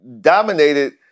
dominated